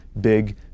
big